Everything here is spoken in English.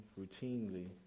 routinely